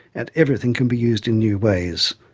and everything can be used in new ways.